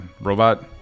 robot